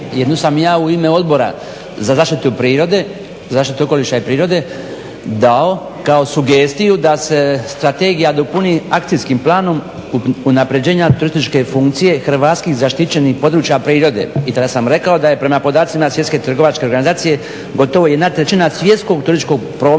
Jednu sam ja u ime Odbora za zaštitu okoliša i prirode dao kao sugestiju da se strategija dopuni Akcijskim planom unapređenja turističke funkcije hrvatskih zaštićenih područja prirode i tada sam rekao da je prema podacima Svjetske trgovačke organizacije gotovo 1/3 svjetskog turističkog prometa